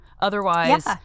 Otherwise